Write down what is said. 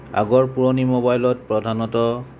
আগৰ পুৰণি মোবাইলত প্ৰধানত